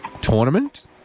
tournament